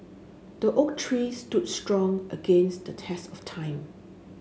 the oak tree stood strong against the test of time